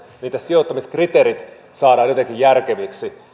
sijoittamiskriteerit saadaan jotenkin järkeviksi